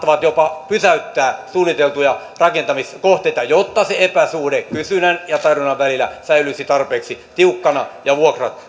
saattavat jopa pysäyttää suunniteltuja rakentamiskohteita jotta se epäsuhde kysynnän ja tarjonnan välillä säilyisi tarpeeksi tiukkana ja vuokrat